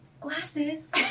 glasses